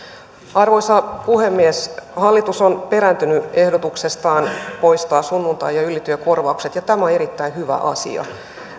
arvoisa puhemies hallitus on perääntynyt ehdotuksestaan poistaa sunnuntai ja ylityökorvaukset ja tämä on erittäin hyvä asia